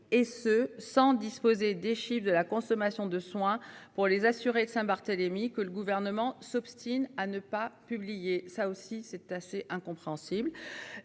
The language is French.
et ce sans disposer des chiffres de la consommation de soins pour les assurés de Saint-Barthélemy, que le gouvernement s'obstine à ne pas publier